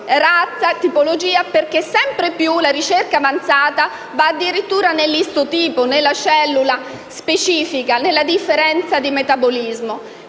razza, tipologia), perché sempre di più la ricerca avanzata si concentra addirittura sull'isotipo, sulla cellula specifica, sulla differenza di metabolismo.